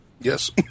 Yes